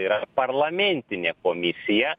tai yra parlamentinė komisija